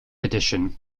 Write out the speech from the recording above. addition